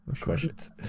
Questions